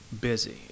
busy